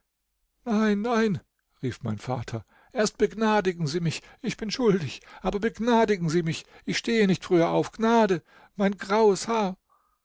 nein nein rief mein vater erst begnadigen sie mich ich bin schuldig aber begnadigen sie mich ich stehe nicht früher auf gnade mein graues haar